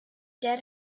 dead